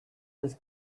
this